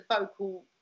vocal